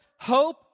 hope